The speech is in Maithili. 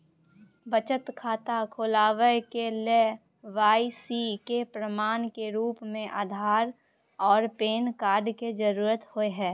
बचत खाता खोलाबय के लेल के.वाइ.सी के प्रमाण के रूप में आधार आर पैन कार्ड के जरुरत होय हय